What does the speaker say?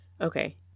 Okay